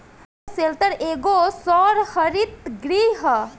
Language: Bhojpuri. बायोशेल्टर एगो सौर हरित गृह ह